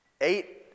Eight